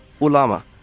Ulama